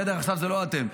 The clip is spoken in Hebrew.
עכשיו זה לא אתם,